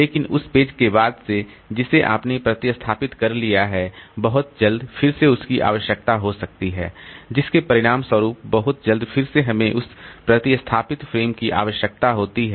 लेकिन उस पेज के बाद से जिसे आपने प्रतिस्थापित कर लिया है बहुत जल्द फिर से उसकी आवश्यकता हो सकती है जिसके परिणामस्वरूप बहुत जल्द फिर से हमें उस प्रतिस्थापित फ्रेम की आवश्यकता होती है